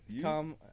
Tom